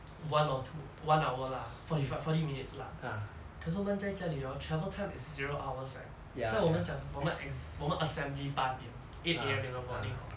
one or two one hour lah forty for forty minutes lah 可是我们在家里 hor travel time is zero hours leh so 我们讲我们 assembly 八点 eight A_M in the morning hor